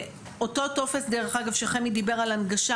אותו טופס דרך אגב שכם היא דיבר על הנגשה